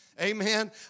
Amen